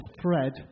thread